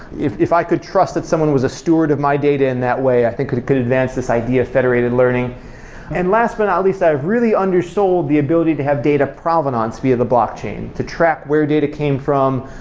if if i could trust that someone was a steward of my data, in that way, i think it could advance this idea of federated learning and last but not least, i have really undersold the ability to have data provenance via the blockchain, to track where data came from,